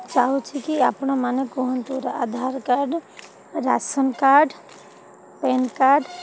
ଚାହୁଁଛି କି ଆପଣମାନେ କୁହନ୍ତୁ Aadhaar card ration card PAN card